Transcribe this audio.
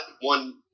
one